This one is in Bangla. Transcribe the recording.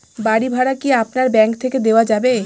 বাড়ী ভাড়া কি আপনার ব্যাঙ্ক থেকে দেওয়া যাবে?